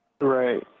right